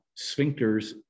sphincters